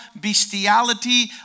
bestiality